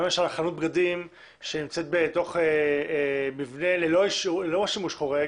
למשל למה חנות בגדים שנמצאת בתוך מבנה ללא שימוש חורג